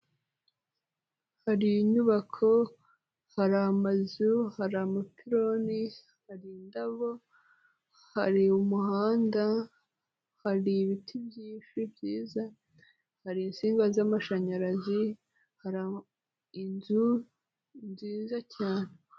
Hari inyubako, hari amazu, hari amapironi, hari indabo, hari umuhanda, hari ibiti byinshi byiza, hari insinga z'amashanyarazi, hari inzu nziza cyane.